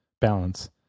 balance